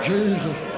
Jesus